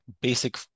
basic